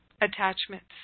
attachments